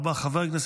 חבר הכנסת פינדרוס,